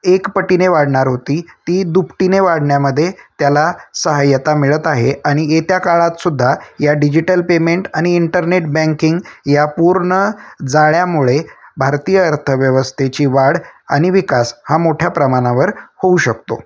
एकपटीने वाढणार होती ती दुपटीने वाढण्यामध्ये त्याला सहाय्यता मिळत आहे आणि येत्या काळात सुद्धा या डिजिटल पेमेंट आणि इंटरनेट बँकिंग या पूर्ण जाळ्यामुळे भारतीय अर्थव्यवस्थेची वाढ आणि विकास हा मोठ्या प्रमाणावर होऊ शकतो